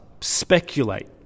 speculate